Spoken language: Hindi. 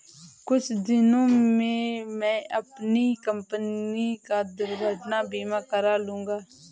कुछ दिनों में मैं अपनी कंपनी का दुर्घटना बीमा करा लूंगा